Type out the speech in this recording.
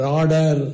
order